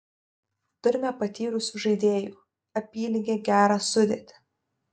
turime patyrusių žaidėjų apylygę gerą sudėtį